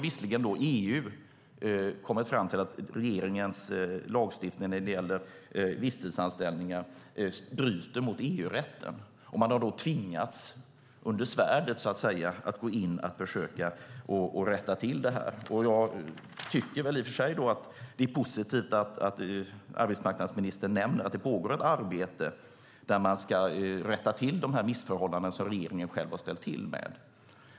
Visserligen har EU kommit fram till att regeringens lagstiftning om visstidsanställningar bryter mot EU-rätten. Under svärdet så att säga har man tvingats gå in och försöka rätta till här. I och för sig tycker jag väl att det är positivt att arbetsmarknadsministern nämner att ett arbete pågår för att rätta till beträffande de missförhållanden som regeringen själv ställt till med.